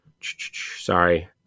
sorry